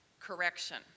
correction